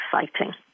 exciting